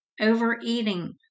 overeating